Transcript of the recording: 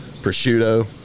Prosciutto